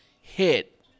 hit